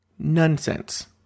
Nonsense